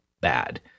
bad